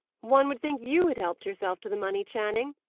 one would think you had helped yourself to the money, channing!